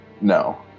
No